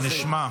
--- החוק.